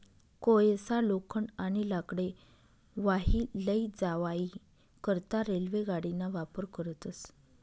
कोयसा, लोखंड, आणि लाकडे वाही लै जावाई करता रेल्वे गाडीना वापर करतस